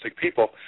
people